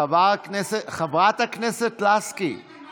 חברת הכנסת לסקי, תודה רבה.